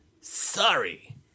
sorry